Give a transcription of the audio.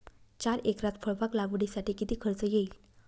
चार एकरात फळबाग लागवडीसाठी किती खर्च येईल?